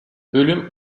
bölüm